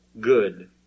good